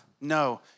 No